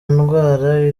ndwara